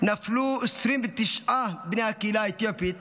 נפלו 29 בני הקהילה האתיופית.